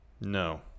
No